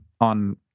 on